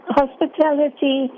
hospitality